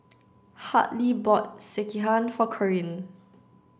Harley bought Sekihan for Corine